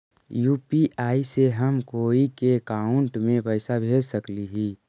UPI से हम कोई के अकाउंट में पैसा भेज सकली ही?